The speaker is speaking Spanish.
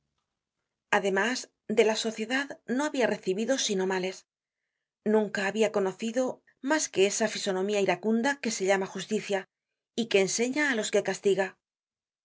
además de la sociedad no habia recibido sino males nunca habia conocido mas que esa fisonomía iracunda que se llama justicia y que enseña á los que castiga